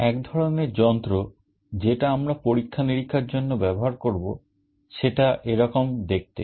এক ধরনের যন্ত্র যেটা আমরা পরীক্ষা নিরীক্ষার জন্য ব্যবহার করব সেটা এরকম দেখতে